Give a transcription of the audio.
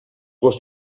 gos